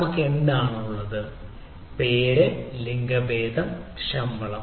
നമ്മൾക്ക് ഇതുപോലെയാണ് പേര് ലിംഗഭേദം ശമ്പളം